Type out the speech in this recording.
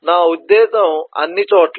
నా ఉద్దేశ్యం అన్ని చోట్ల